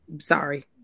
Sorry